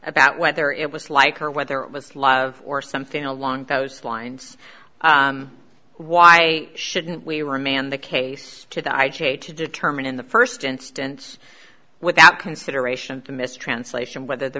about whether it was like or whether it was love or something along those lines why shouldn't we were man the case to the i j a to determine in the first instance without consideration to mistranslation whether the